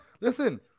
listen